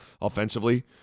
offensively